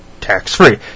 tax-free